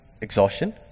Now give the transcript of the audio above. exhaustion